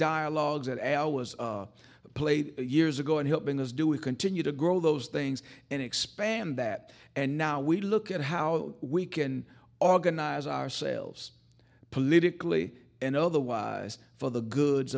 dialogues that al was played years ago in helping us do we continue to grow those things and expand that and now we look at how we can organize ourselves politically and otherwise for the goods